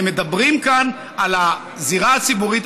הם מדברים כאן על הזירה הציבורית,